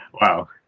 Wow